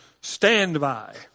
Standby